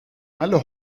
alle